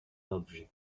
dobrzy